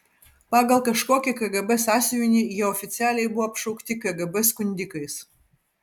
pagal kažkokį kgb sąsiuvinį jie oficialiai buvo apšaukti kgb skundikais